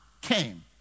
came